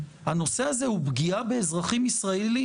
הנושא הזה הוא פגיעה באזרחים ישראלים,